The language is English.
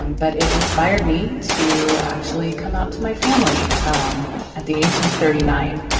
um but it inspired me to actually come out to my family um at the age of thirty nine.